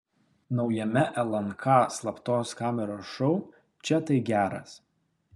naujame lnk slaptos kameros šou čia tai geras